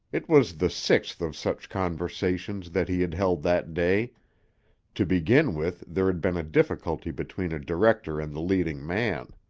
it was the sixth of such conversations that he had held that day to begin with, there had been a difficulty between a director and the leading man.